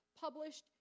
Published